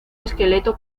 esqueleto